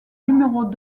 numéros